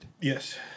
yes